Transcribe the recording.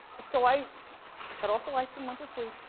so i shut off the lights and went to sleep.